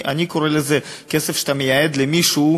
אני קורא לזה כסף שאתה מייעד למישהו,